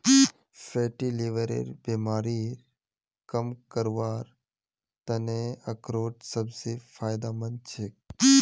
fatty लीवरेर बीमारी कम करवार त न अखरोट सबस फायदेमंद छेक